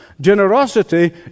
Generosity